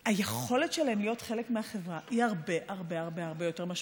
היכולת שלהם להיות חלק מהחברה היא הרבה הרבה הרבה יותר משמעותית.